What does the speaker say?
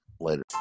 Later